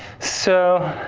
so,